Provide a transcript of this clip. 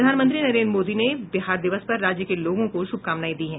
प्रधानमंत्री नरेन्द्र मोदी ने बिहार दिवस पर राज्य के लोगों को शुभकामनाएं दी हैं